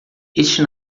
este